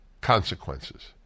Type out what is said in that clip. consequences